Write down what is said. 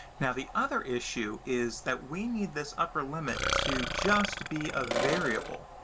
now the other issue is that we need this upper limit to just be a variable,